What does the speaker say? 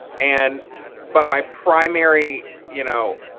and but my primary you know